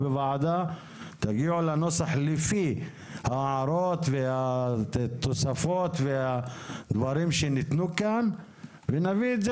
תגיעו לנוסח לפי ההערות והתוספות שהועלו כאן ואז נביא את זה